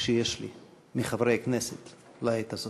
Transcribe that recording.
שיש לי מחברי הכנסת לעת הזאת.